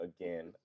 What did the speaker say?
again